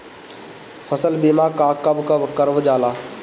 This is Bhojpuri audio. फसल बीमा का कब कब करव जाला?